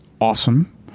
awesome